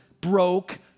broke